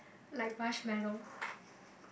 like marshmallow